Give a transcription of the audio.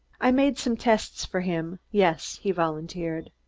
i made some tests for him, yes, he volunteered.